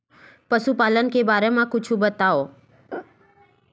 पशुपालन के बारे मा कुछु बतावव?